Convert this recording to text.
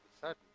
sudden